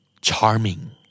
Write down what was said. Charming